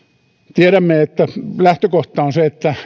tiedämme että lähtökohta on se että